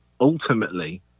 ultimately